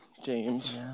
James